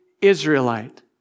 Israelite